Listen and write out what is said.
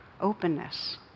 openness